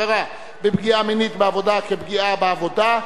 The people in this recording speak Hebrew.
הכרה בפגיעה מינית בעבודה כפגיעה בעבודה),